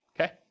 okay